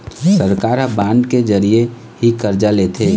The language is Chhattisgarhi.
सरकार ह बांड के जरिया ही करजा लेथे